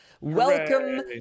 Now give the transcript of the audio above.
Welcome